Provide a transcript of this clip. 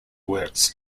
works